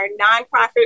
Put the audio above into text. nonprofit